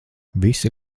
visi